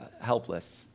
helpless